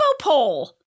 pole